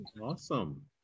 awesome